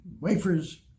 wafers